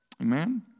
Amen